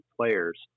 players